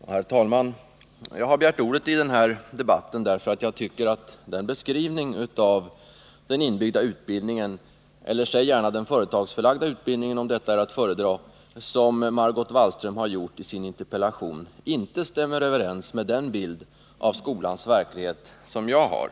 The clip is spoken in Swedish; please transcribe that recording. Nr 54 Herr talman! Jag har begärt ordet i den här debatten därför att jag tycker Måndagen den att den beskrivning av den inbyggda utbildningen — eller den företagsförlagda 17 december 1979 utbildningen, som Margot Wallström har kallat den i sin interpellationinte — stämmer överens med den bild av skolans verklighet som jag har.